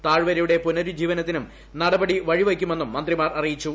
താഴ്വരയുടെ പുനരുജ്ജീവനത്തിനും നടപടി വഴിവയ്ക്കുമെന്നും മന്ത്രിമാർ അറിയിച്ചു